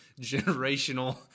generational